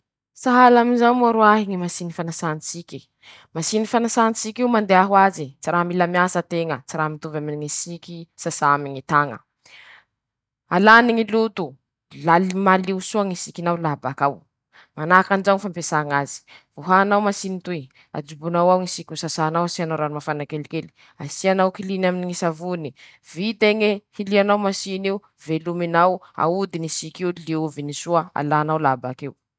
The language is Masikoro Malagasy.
Ñy fomba fiketreha lojy :-Sasanao ñy valañy, malio ñy valañy, asianao rano ataonao añabo bolo, vit'eñy, ofanao lojy io, ajobonao añatiny ñy raha tokony azo anasà ñazy, vita malio lojy io ajobonao añaty valañy ao, mandevy masaky ;tampatampahinao ñy tongolo aminy ñy tamatesy,<…> alànao ñy valañyafanànao am-bolo eo asianao menaky, lafa mafana menaky io, ajobonao ñy tamatesy aminy ñy tongolo aminy ñy poivra aminy ñy fangaro itiavanao ñaze, masaky.